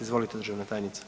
Izvolite državna tajnice.